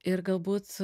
ir galbūt